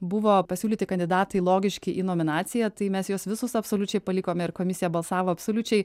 buvo pasiūlyti kandidatai logiški į nominaciją tai mes juos visus absoliučiai palikome ir komisija balsavo absoliučiai